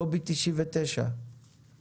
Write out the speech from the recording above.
לובי 99, בבקשה.